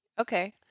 Okay